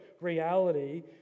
reality